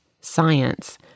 science